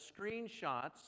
screenshots